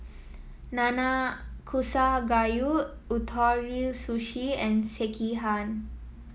Nanakusa Gayu Ootoro Sushi and Sekihan